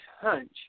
hunch